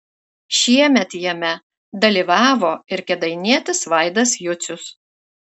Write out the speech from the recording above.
šiemet jame dalyvavo ir kėdainietis vaidas jucius